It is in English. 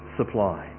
supply